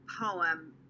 poem